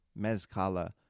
Mezcala